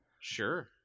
Sure